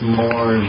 more